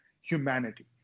humanity